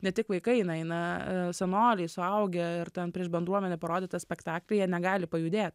ne tik vaikai eina eina senoliai suaugę ir ten prieš bendruomenę parodyt tą spektaklį jie negali pajudėt